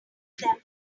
them